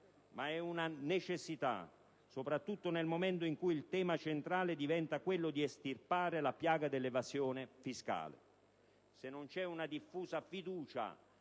ma è una necessità, soprattutto nel momento in cui il tema centrale diventa quello di estirpare la piaga dell'evasione fiscale.